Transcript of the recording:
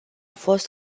fost